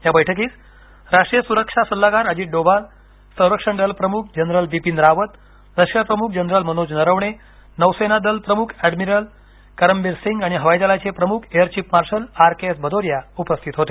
या बैठकीस राष्ट्रीय सुरक्षा सल्लागार अजित डोभाल संरक्षणदल प्रमुख जनरल बिपिन रावत लष्करप्रमुख जनरल मनोज नरवणे नौसेना दल प्रमुख ऍअडमिरल करमबीर सिंग आणि हवाई दलाचे प्रमुख air chief marshal R K S Bhadauria उपस्थित होते